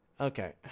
okay